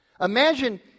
imagine